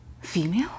female